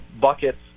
buckets